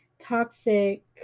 toxic